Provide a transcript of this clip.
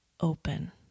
open